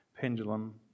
pendulum